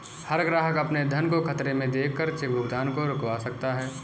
हर ग्राहक अपने धन को खतरे में देख कर चेक भुगतान को रुकवा सकता है